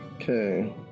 Okay